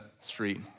street